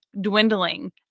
dwindling